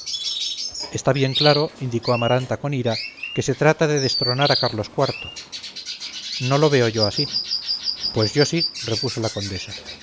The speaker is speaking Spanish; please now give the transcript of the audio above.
está bien claro indicó amaranta con ira que se trata de destronar a carlos iv no lo veo yo así pues yo sí repuso la condesa